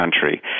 country